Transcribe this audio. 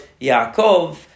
Yaakov